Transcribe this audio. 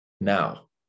Now